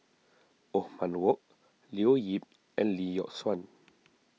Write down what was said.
Othman Wok Leo Yip and Lee Yock Suan